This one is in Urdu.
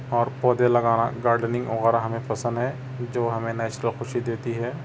اور پودے لگانا گارڈننگ وغیرہ ہمیں پسند ہے جو ہمیں نیچرل خوشی دیتی ہے